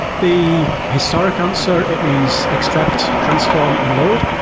the historic answer, it means extract, transform and load,